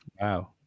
wow